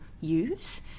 use